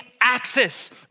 access